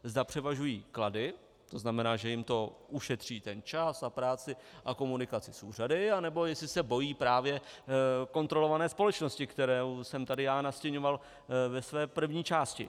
Zda převažují klady, to znamená, že jim to ušetří čas a práci a komunikaci s úřady, anebo jestli se bojí právě kontrolované společnosti, kterou jsem tady já nastiňoval ve své první části.